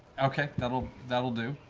okay, that will that will do.